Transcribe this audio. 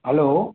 hello